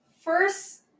First